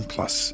Plus